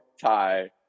tie